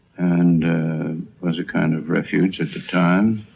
and was a kind of refuge at the time.